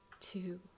Two